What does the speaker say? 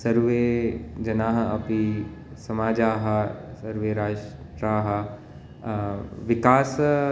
सर्वे जनाः अपि समाजाः सर्वे राष्ट्राः विकासः